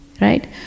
right